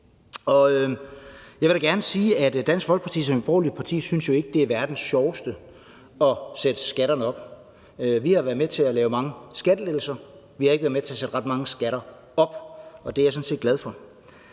jeg vil da gerne sige, at Dansk Folkeparti som et borgerligt parti jo ikke synes, det er det sjoveste i verden at sætte skatterne op. Vi har været med til at lave mange skattelettelser; vi har ikke været med til at sætte ret mange skatter op, og det er jeg sådan set glad for.